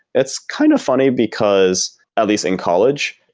it's kind of funny, because at least in college,